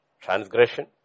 Transgression